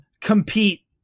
compete